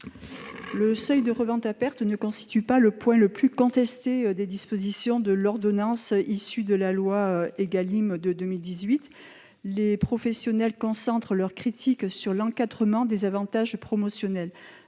Le seuil de revente à perte ne constitue pas le point le plus contesté des dispositions de l'ordonnance issue de la loi Égalim de 2018. Les professionnels concentrent leurs critiques sur l'encadrement des avantages promotionnels.